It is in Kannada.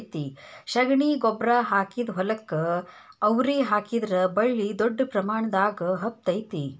ಶಗಣಿ ಗೊಬ್ಬ್ರಾ ಹಾಕಿದ ಹೊಲಕ್ಕ ಅವ್ರಿ ಹಾಕಿದ್ರ ಬಳ್ಳಿ ದೊಡ್ಡ ಪ್ರಮಾಣದಾಗ ಹಬ್ಬತೈತಿ